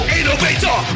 Innovator